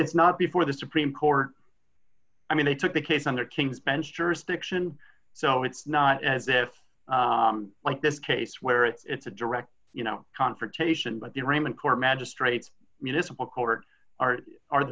it's not before the supreme court i mean they took the case under king's bench jurisdiction so it's not as if like this case where it's a direct you know confrontation but the ar